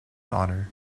honor